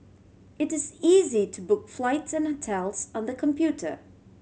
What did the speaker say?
it is easy to book flights and hotels on the computer